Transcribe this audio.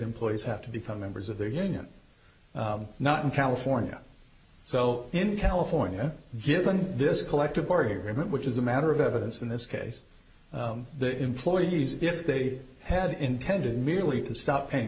employees have to become members of their union not in california so in california given this collective bargaining agreement which is a matter of evidence in this case the employees if they had intended merely to stop paying